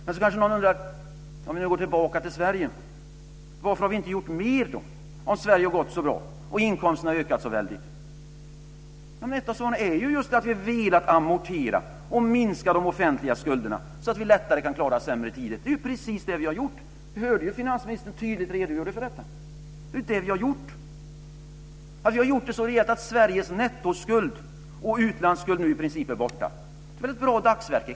Men om vi nu går tillbaka till Sverige kanske någon undrar varför vi inte har gjort mer om nu Sverige har gått så bra och inkomsterna har ökat så väldigt. Det rätta svaret är ju just att vi velat amortera och minska de offentliga skulderna så att vi lättare kan klara sämre tider. Det är ju precis det vi har gjort. Vi hörde hur finansministern tydligt redogjorde för detta. Det är det vi har gjort. Och vi har gjort det så rejält att Sveriges nettoskuld och utlandsskuld nu i princip är borta. Det är väl ett bra dagsverke!